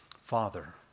Father